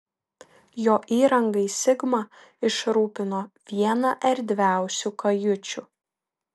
jo įrangai sigma išrūpino vieną erdviausių kajučių